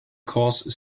cause